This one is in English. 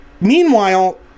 Meanwhile